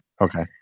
okay